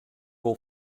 wol